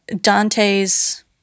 Dante's